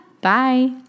Bye